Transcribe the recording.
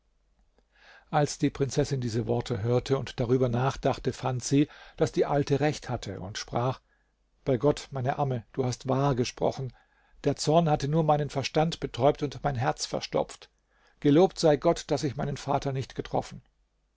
als die prinzessin diese worte hörte und darüber nachdachte fand sie daß die alte recht hatte und sprach bei gott meine amme du hast wahr gesprochen der zorn hatte nur meinen verstand betäubt und mein herz verstopft gelobt sei gott daß ich meinen vater nicht getroffen